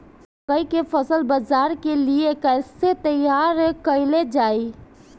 मकई के फसल बाजार के लिए कइसे तैयार कईले जाए?